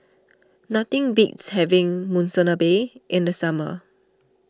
nothing beats having Monsunabe in the summer